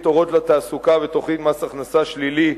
"אורות לתעסוקה" ותוכנית מס הכנסה שלילי,